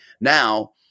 now